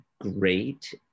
great